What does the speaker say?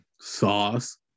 Sauce